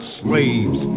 slaves